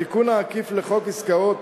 התיקון העקיף לחוק עסקאות